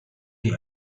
the